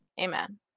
Amen